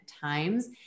times